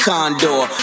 Condor